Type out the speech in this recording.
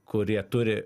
kurie turi